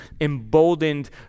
emboldened